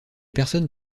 personnes